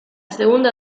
segunda